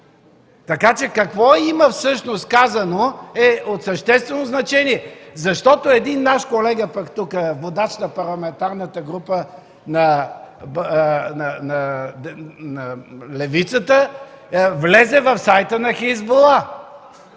Така че какво има всъщност казано е от съществено значение. Защото един наш колега пък – водач на Парламентарната група на левицата, влезе в сайта на „Хизбула”.